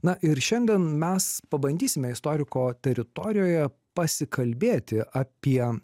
na ir šiandien mes pabandysime istoriko teritorijoje pasikalbėti apie